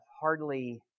hardly